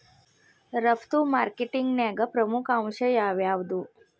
ರಫ್ತು ಮಾರ್ಕೆಟಿಂಗ್ನ್ಯಾಗ ಪ್ರಮುಖ ಅಂಶ ಯಾವ್ಯಾವ್ದು?